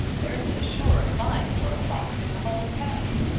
there isn't a surer find for a fox in the whole county.